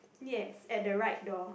yes at the right door